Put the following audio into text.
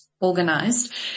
organized